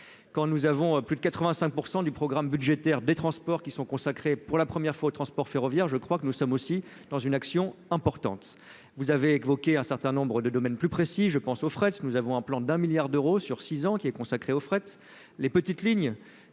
quand nous avons plus de 85 % du programme budgétaire des transports qui sont consacrés, pour la première fois au transport ferroviaire, je crois que nous sommes aussi dans une action importante, vous avez évoqué un certain nombre de domaines, plus précis, je pense au fret, nous avons un plan d'un milliard d'euros sur 6 ans qui est consacré au fret,